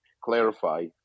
clarify